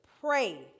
pray